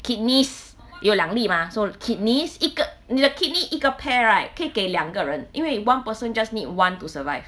kidneys 有两粒吗 so kidneys 一个你的 kidney 一个 pair right 可以给两个人因为 one person just need one to survive